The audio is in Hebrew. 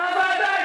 מה ועדה?